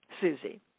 Susie